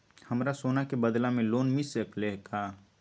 हमरा सोना के बदला में लोन मिल सकलक ह?